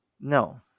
No